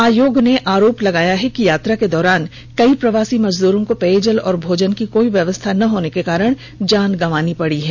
आयोग ने कहा है कि आरोप लगाया जा रहा है कि यात्रा के दौरान कई प्रवासी मजदूरों को पेयजल और भोजन की कोई व्यवस्था न होने के कारण अपनी जान गंवानी पड़ी है